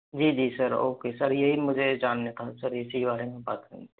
जी जी sir okay sir यही मुझे जानने था सर इसी के बारे में बात करनी थी